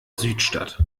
südstadt